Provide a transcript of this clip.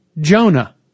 Jonah